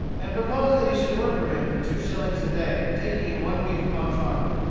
and proposed that he should work for him for two shillings a day taking him one week upon trial.